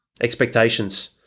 Expectations